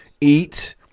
eat